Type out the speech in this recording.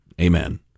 Amen